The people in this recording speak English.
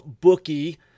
bookie